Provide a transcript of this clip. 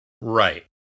Right